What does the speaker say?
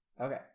Okay